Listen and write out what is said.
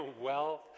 wealth